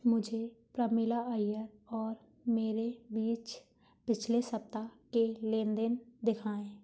मुझे प्रमिला अय्यर और मेरे बीच पिछले सप्ताह के लेन देन दिखाएँ